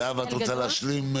זהבה, את רוצה להשלים?